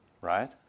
right